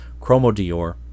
Chromodior